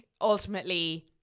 ultimately-